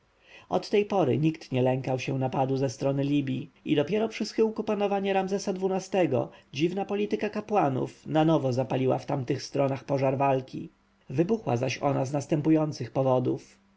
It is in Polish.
od tej pory nikt nie lękał się napadu ze strony libji i dopiero przy schyłku panowania ramzesa xii-go dziwna polityka kapłanów na nowo zapaliła w tamtych stronach pożar walki wybuchła zaś ona z następujących powodów